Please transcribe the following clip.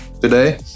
today